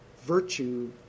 virtue